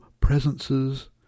presences